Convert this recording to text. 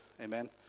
Amen